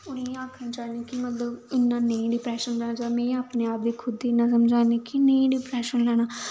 हून इ'यै आक्खना चाहन्नी कि मतलब इन्ना नेईं डिप्रैशन लैना चाहिदा में अपने आप गी खुद गी इन्ना समझानी कि नेईं डिप्रैशन लैना